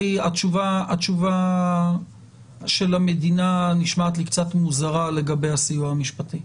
התשובה של המדינה נשמעת לי קצת מוזרה לגבי הסיוע המשפטי,